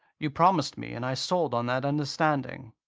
you promised me, and i sold on that understanding.